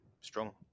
strong